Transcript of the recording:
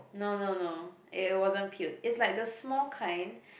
no no no it wasn't peeled it's like the small kind